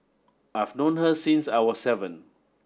I've known her since I was seven